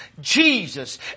Jesus